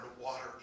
water